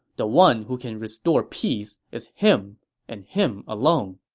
the one who can restore peace is him and him alone.